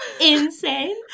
insane